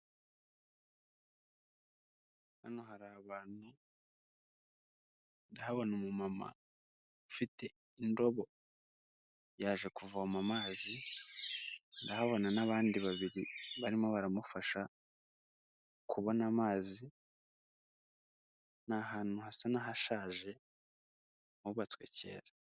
Hano hari abantu, ndahabona umumama ufite indobo yaje kuvoma amazi, ndahabona n'abandi babiri barimo baramufasha kubona amazi, ni ahantu hasa n'ahashaje hubatswe kera.